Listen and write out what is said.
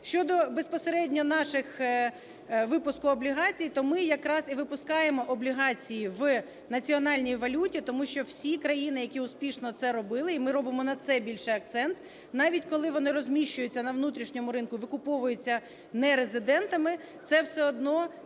Щодо безпосередньо нашого випуску облігацій, то ми якраз і випускаємо облігації в національній валюті, тому що всі країни, які успішно це робили, і ми робимо на це більше акцент, навіть коли вони розміщуються на внутрішньому ринку, викуповуються нерезидентами – це все одно